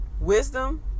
wisdom